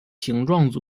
形状